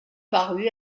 parus